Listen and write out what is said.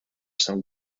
some